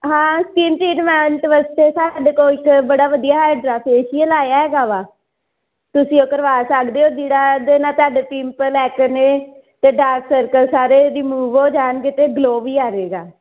ਹਾਂ skin treatment ਵੈਸੇ ਸਾਡੇ ਕੋਲ ਤਾਂ ਬੜਾ ਵਧੀਆ ਫੇਸ਼ੀਅਲ ਆਇਆ ਹੈਗਾ ਵਾ ਤੁਸੀਂ ਉਹ ਕਰਵਾ ਸਕਦੇ ਹੋ ਜਿਹੜਾ ਦੇ ਨਾਲ ਤੁਹਾਡੇ ਪਿੰਪਲ ਐਕਨੇ ਅਤੇ ਡਾਰਕ ਸਰਕਲ ਸਾਰੇ ਰੀਮੂਵ ਹੋ ਜਾਣਗੇ ਅਤੇ ਗਲੋ ਵੀ ਆਜੇਗਾ